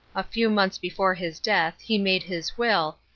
a few months before his death, he made his will,